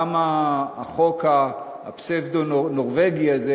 גם החוק הפסאודו-נורבגי הזה,